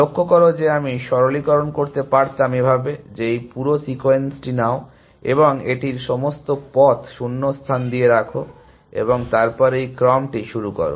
লক্ষ্য করো যে আমি সরলীকরণ করতে পারতাম এভাবে যে এই পুরো সিকোয়েন্সটি নাও এবং এটিকে সমস্ত পথ শূন্যস্থান দিয়ে রাখো এবং তারপর এই ক্রমটি শুরু করো